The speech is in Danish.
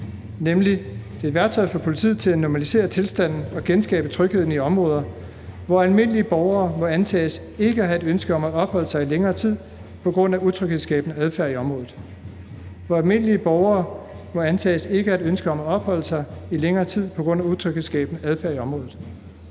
det er et værktøj for politiet til at normalisere tilstanden og genskabe trygheden i områder, hvor almindelige borgere må antages ikke at have et ønske om at opholde sig i længere tid på grund af utryghedsskabende adfærd i området, altså hvor almindelige borgere må antages ikke at have et ønske om at opholde sig i længere tid på grund af utryghedsskabende adfærd i området.